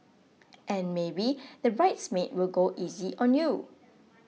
and maybe the bridesmaid will go easy on you